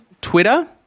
Twitter